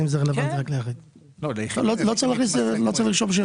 לא צריך לרשום.